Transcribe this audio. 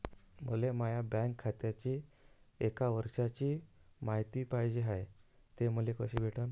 मले माया बँक खात्याची एक वर्षाची मायती पाहिजे हाय, ते मले कसी भेटनं?